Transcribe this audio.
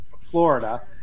Florida